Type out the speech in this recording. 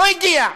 לא הגיע.